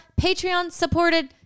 Patreon-supported